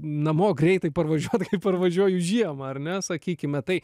namo greitai parvažiuot kaip parvažiuoju žiemą ar ne sakykime tai